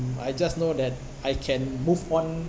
I just know that I can move on